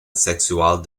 sexual